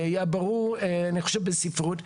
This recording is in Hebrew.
היה ברור אני חושב בספרות,